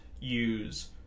use